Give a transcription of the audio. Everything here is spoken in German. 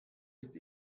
ist